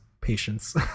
patience